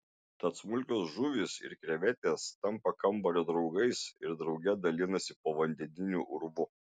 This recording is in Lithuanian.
tad smulkios žuvys ir krevetės tampa kambario draugais ir drauge dalinasi povandeniniu urvu